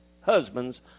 Husbands